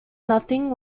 nothing